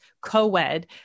co-ed